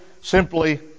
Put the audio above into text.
simply